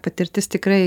patirtis tikrai